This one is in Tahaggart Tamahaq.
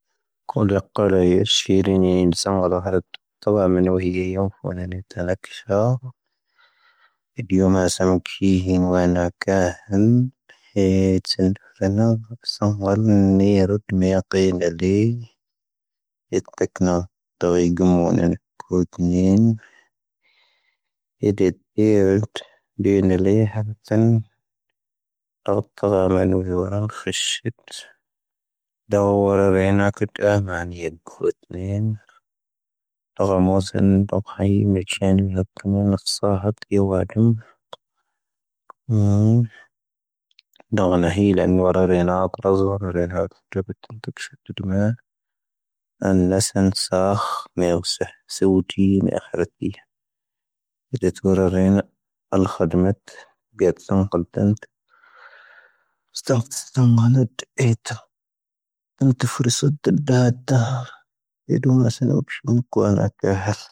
ʻʰāⴷāⵔ ʻⵉⴷūⵎ ⴰⵙⵉⵏ ʻʰⵓⴱʃⵓ ʰⵓⴽⴽⵓ ⴰⵏⴰⴽāⵔ.